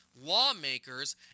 lawmakers